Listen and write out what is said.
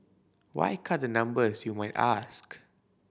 why cut the numbers you might ask